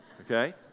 okay